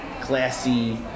classy